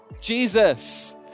Jesus